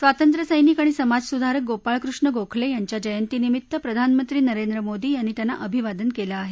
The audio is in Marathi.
स्वातंत्र्यसैनिक आणि समाजसुधारक गोपाळ कृष्ण गोखले यांच्या जयंतीनिमित्त प्रधानमंत्री नरेंद्र मोदी यांनी त्यांना अभिवादन केलं आहे